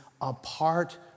apart